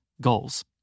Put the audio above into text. goals